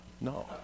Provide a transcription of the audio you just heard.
No